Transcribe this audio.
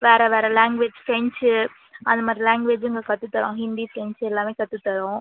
வேறு வேறு language French அது மாதிரி லேங்குவேஜும் இங்கே கற்று தரோம் ஹிந்தி ஃப்ரென்ச்சு எல்லாமே கற்று தரோம்